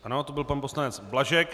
Ano, to byl pan poslanec Blažek.